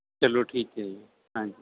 ਚਲੋ ਠੀਕ ਹੈ ਜੀ ਹਾਂਜੀ